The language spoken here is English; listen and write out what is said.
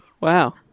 Wow